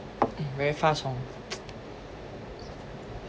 very fast hor